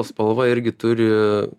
spalva irgi turi